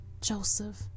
Joseph